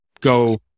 go